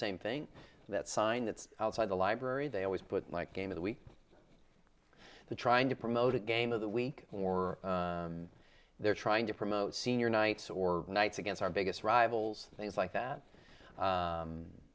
same thing that sign that's outside the library they always put game of the week the trying to promote a game of the week or they're trying to promote senior nights or nights against our biggest rivals things like that